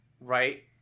right